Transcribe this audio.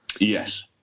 yes